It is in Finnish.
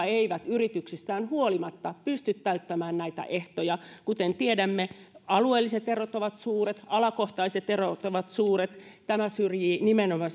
eivät yrityksistään huolimatta pysty täyttämään näitä ehtoja kuten tiedämme alueelliset erot ovat suuret alakohtaiset erot ovat suuret tämä syrjii nimenomaan